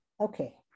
okay